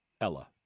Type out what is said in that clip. Ella